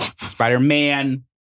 Spider-Man